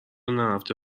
نرفته